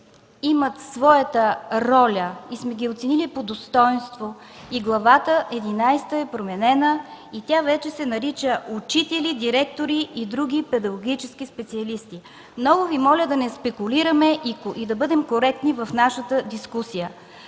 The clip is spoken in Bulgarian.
имат своята роля и сме ги оценили по достойнство. Глава единадесета е променена и тя вече се нарича „Учители, директори и други педагогически специалисти”. Много Ви моля да не спекулираме и да бъдем коректни в нашата дискусия.